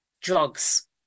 drugs